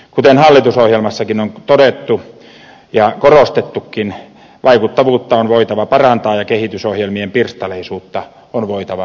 kuten hallitusohjelmassakin on todettu ja korostettukin vaikuttavuutta on voitava parantaa ja kehitysohjelmien pirstaleisuutta on voitava vähentää